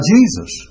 Jesus